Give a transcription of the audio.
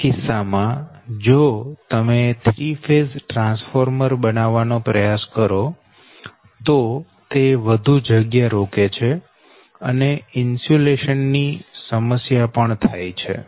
આવા કિસ્સા માં જો તમે 3 ફેઝ ટ્રાન્સફોર્મર બનાવવાનો પ્રયાસ કરો તો તે વધુ જગ્યા રોકે છે અને ઇન્સ્યુલેશન ની સમસ્યા પણ થાય છે